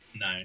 no